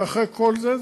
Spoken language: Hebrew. ואחרי כל זה,